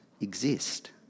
exist